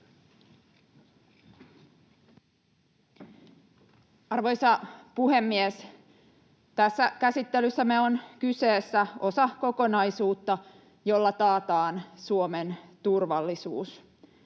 Arvoisa puhemies! Tässä käsittelyssämme on kyseessä osa kokonaisuutta, jolla taataan Suomen turvallisuus,